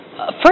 first